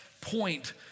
point